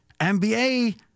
NBA